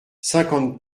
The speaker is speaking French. cinquante